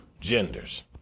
genders